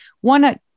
One